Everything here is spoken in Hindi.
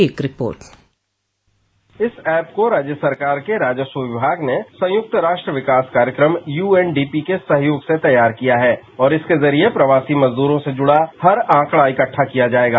एक रिपोर्ट इस ऐप को राज्य सरकार के राजस्व विभाग ने संयुक्त राष्ट्र विकास कार्यक्रम यूएनडीपी के सहयोग से तैयार किया है और इसके जरिए प्रवासी मजदूरों से जुड़ा हर आंकड़ा इकट्ठा किया जाएगा